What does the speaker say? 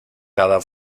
cada